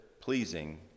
pleasing